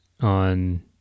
on